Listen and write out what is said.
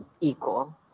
equal